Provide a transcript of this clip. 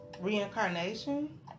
reincarnation